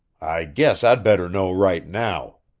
i guess i'd better know right now.